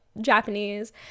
japanese